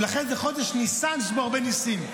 ולכן זה חודש ניסן, יש בו הרבה ניסים.